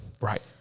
Right